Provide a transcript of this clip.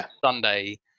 Sunday